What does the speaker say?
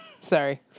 Sorry